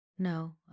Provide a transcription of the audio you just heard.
No